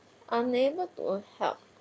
unable to help